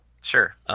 Sure